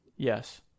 Yes